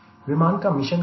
विमान का मिशन क्या है